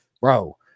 Bro